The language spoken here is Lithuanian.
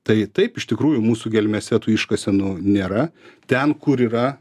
tai taip iš tikrųjų mūsų gelmėse tų iškasenų nėra ten kur yra